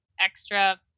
extra